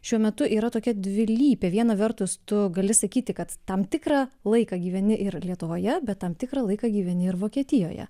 šiuo metu yra tokia dvilypė viena vertus tu gali sakyti kad tam tikrą laiką gyveni ir lietuvoje bet tam tikrą laiką gyveni ir vokietijoje